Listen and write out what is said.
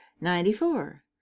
Ninety-four